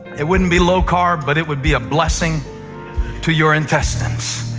it wouldn't be low-carb, but it would be a blessing to your intestines.